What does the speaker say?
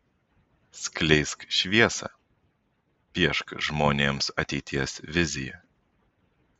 skleisk šviesą piešk žmonėms ateities viziją